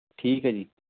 ਠੀਕ ਹੈ ਜੀ